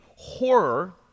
Horror